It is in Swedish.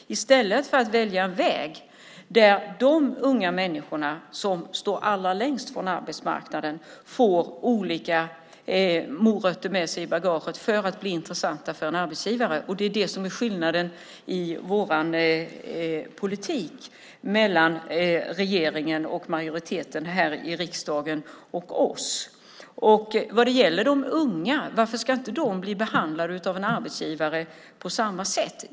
I stället kunde man ha valt en väg där de unga människor som står allra längst från arbetsmarknaden fått olika morötter med sig i bagaget för att bli intressanta för en arbetsgivare. Det är det som är skillnaden mellan er och vår politik, mellan regeringen och majoriteten här i riksdagen och oss. Varför ska inte de unga bli behandlade på samma sätt av en arbetsgivare?